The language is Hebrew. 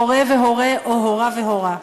הוֹרֶה והוֹרֶה או הורָה והורָה.